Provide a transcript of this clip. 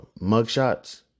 mugshots